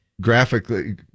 graphically